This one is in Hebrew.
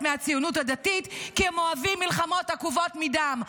מהציונות הדתית כי הם אוהבים מלחמות עקובות מדם.